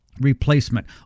replacement